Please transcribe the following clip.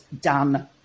done